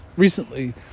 Recently